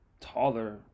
taller